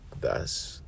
thus